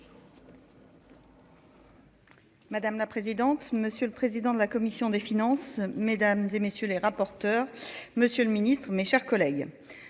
Madame la présidente, monsieur le président de la commission des finances, mesdames et messieurs les rapporteurs, monsieur le Ministre, mes chers collègues,